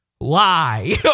Lie